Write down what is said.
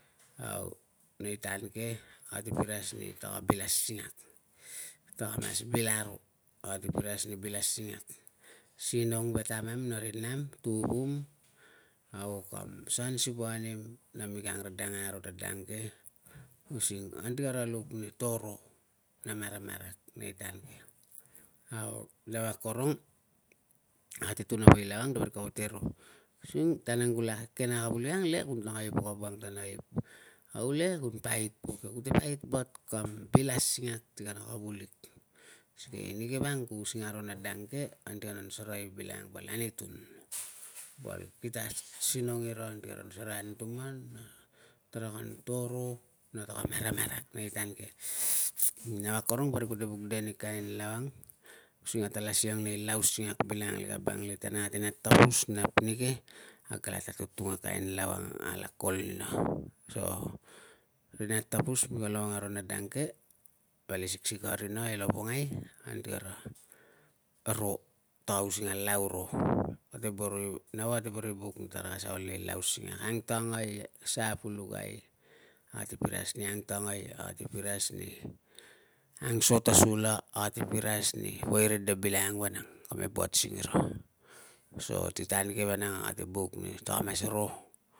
Au, nei tan ke ate piras ni taka bil asingak, taka mas bil aro, ate piras ni bil asingak. Sinong ve tamam na ri nam, tuvum au kam san sivanim na mi ka angradangeai aro ta dang ke using, anti kara luk ni to ro na maramarak nei tan ke. Au, nau akorong ate tun apoi lau ang ta parik kapa te ro using, tan ang kula akeke na kavulik ang le ku nakai pok na woang ta naip, aule ku pait pok. Kute pait bat kam bil asingak ti kana kavulik. Sikei neke vang, ku using aro na dang ke anti kan an sarai bilangang val anutun, val kita asinong ira ti karan sarai anutuman, a tarakan to ro na tara maramarak nei tan ke. Nau akorong, parik ate buk de ni kain lau ang using ate la siang nei lau singak bilangang lekabang le si tan ang ate nat tapus nap neke akala tutung na kain lau ang alak kulina. So ri nat tapus mika longong aro na dang ke vali siksikei a rina e lovongai anti kara ro, tara using a lau ro. Nau ate boro i buk ni tara ol nei lau singak, ang tangai sa pulukai, ate piras ni angtangai, ate piras ni ang so ta sula, ate piras ni poi rede bilangang woiang kame buat singira. So ti tan ke vanang ate buk ni tara mas ro